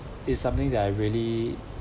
it's something that I really